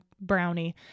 Brownie